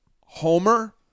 homer